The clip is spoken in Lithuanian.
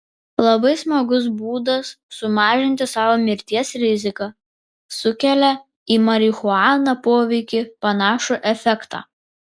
labai smagus būdas sumažinti savo mirties riziką sukelia į marihuaną poveikį panašų efektą